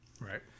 Right